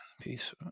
Peace